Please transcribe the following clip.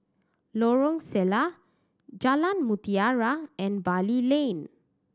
Lorong Salleh Jalan Mutiara and Bali Lane